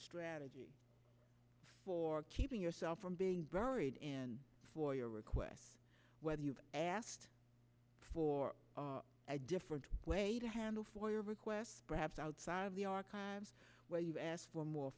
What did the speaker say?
strategy for keeping yourself from being buried in foyer requests whether you've asked for a different way to handle for your requests perhaps outside of the archives where you've asked for more